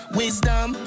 wisdom